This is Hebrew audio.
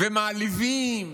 ומעליבים ומשסים,